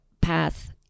path